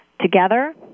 together